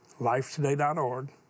lifetoday.org